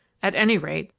at any rate,